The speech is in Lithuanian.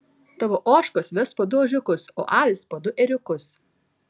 tavo ožkos ves po du ožiukus o avys po du ėriukus